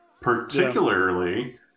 particularly